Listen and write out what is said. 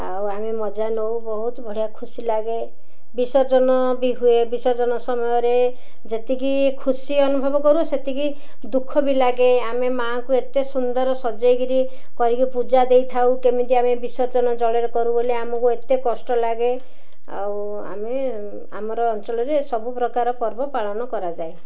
ଆଉ ଆମେ ମଜା ନଉ ବହୁତ ବଢ଼ିଆ ଖୁସି ଲାଗେ ବିସର୍ଜନ ବି ହୁଏ ବିସର୍ଜନ ସମୟରେ ଯେତିକି ଖୁସି ଅନୁଭବ କରୁ ସେତିକି ଦୁଃଖ ବି ଲାଗେ ଆମେ ମାଆଙ୍କୁ ଏତେ ସୁନ୍ଦର ସଜେଇକିରି କରିକି ପୂଜା ଦେଇଥାଉ କେମିତି ଆମେ ବିସର୍ଜନ ଜଳରେ କରୁ ବୋଲି ଆମକୁ ଏତେ କଷ୍ଟ ଲାଗେ ଆଉ ଆମେ ଆମର ଅଞ୍ଚଳରେ ସବୁ ପ୍ରକାର ପର୍ବ ପାଳନ କରାଯାଏ